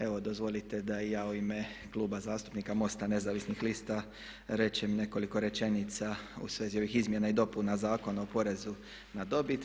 Evo dozvolite da i ja u ime Kluba zastupnika MOST-a nezavisnih lista rečem nekoliko rečenica u svezi ovih izmjena i dopuna Zakona o porezu na dobit.